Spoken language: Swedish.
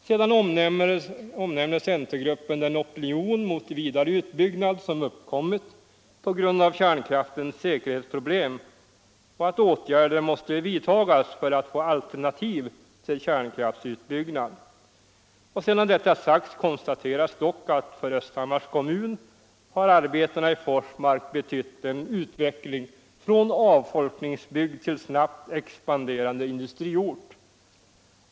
Sedan omnämner centergruppen den opinion mot vidare utbyggnad som uppkommit på grund av kärnkraftens säkerhetsproblem och att åtgärder måste vidtagas för att få alternativ till kärnkraftsutbyggnad. Sedan detta sagts konstateras dock att för Östhammars kommun har arbetena i Forsmark betytt en utveckling från avfolkningsbygd till snabbt expanderande industriort.